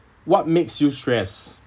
what makes you stress